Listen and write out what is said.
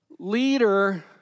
Leader